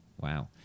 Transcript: Wow